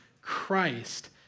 Christ